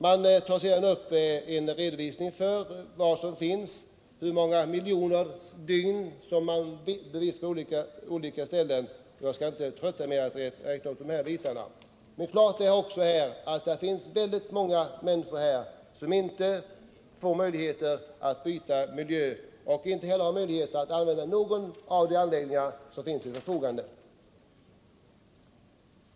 Man tar sedan upp en redovisning för hur många miljoner dygn som tillbringas på olika ställen, men jag skall inte trötta med att räkna upp de bitarna. Klart är också att det finns väldigt många människor som inte får möjligheter att byta miljö och inte heller har möjligheter att använda någon av de anläggningar som står till förfogande.